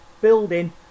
building